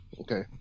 Okay